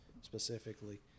specifically